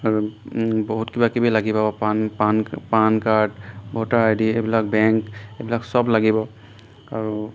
আৰু বহুত কিবাকিবি লাগিব PAN PAN PAN card voter I D এইবিলাক বেংক এইবিলাক চব লাগিব আৰু